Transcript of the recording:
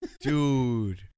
Dude